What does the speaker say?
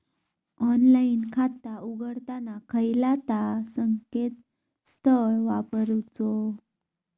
Online खाता उघडताना खयला ता संकेतस्थळ वापरूचा?